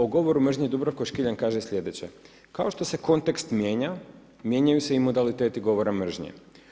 O govoru mržnje Dubravko Škiljan kaže sljedeće: „Kao što se kontekst mijenja mijenjaju se i modaliteti govora mržnje.